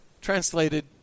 translated